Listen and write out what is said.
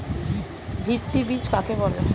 ভিত্তি বীজ কাকে বলে?